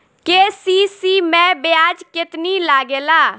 KCC मै ब्याज केतनि लागेला?